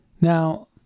Now